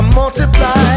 multiply